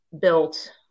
built